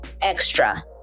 extra